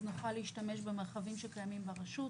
נוכל להשתמש במרחבים שקיימים ברשות.